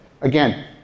Again